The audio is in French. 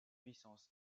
puissance